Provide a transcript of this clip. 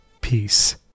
peace